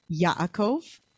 Yaakov